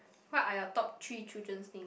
what are your top three children's thing